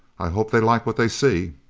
i hope they like what they see.